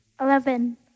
Eleven